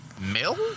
mill